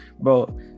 bro